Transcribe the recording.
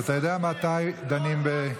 אתה יודע מתי דנים.